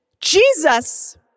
Jesus